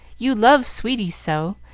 you love sweeties so,